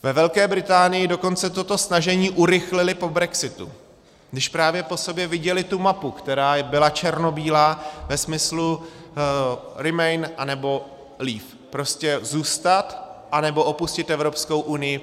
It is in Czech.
Ve Velké Británii dokonce toto snažení urychlili po brexitu, když právě po sobě viděli tu mapu, která byla černobílá ve smyslu remain, anebo leave, prostě zůstat, anebo opustit Evropskou unii.